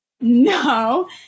no